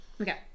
Okay